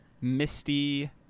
Misty